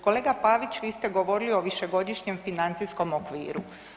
Kolega Pavić, vi ste govorili o višegodišnjem financijskom okviru.